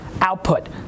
Output